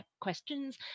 questions